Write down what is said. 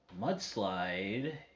Mudslide